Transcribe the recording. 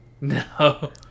no